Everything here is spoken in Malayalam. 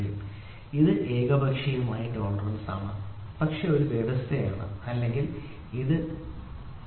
ഇവിടെ ഇത് ഏകപക്ഷീയമായ ടോളറൻസ് ആണ് ഇത് ഒരു വ്യവസ്ഥയാണ് അല്ലെങ്കിൽ ഇത് 0